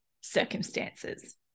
circumstances